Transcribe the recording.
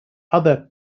other